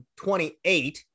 28